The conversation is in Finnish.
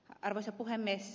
arvoisa puhemies